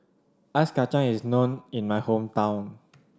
Ice Kachang is known in my hometown